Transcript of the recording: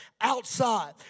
outside